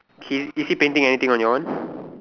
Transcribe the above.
K is he painting anything on your one